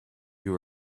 you